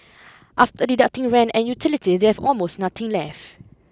after deducting rent and utilities they have almost nothing left